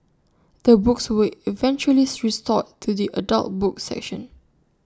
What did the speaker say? the books were eventually restored to the adult books section